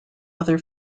other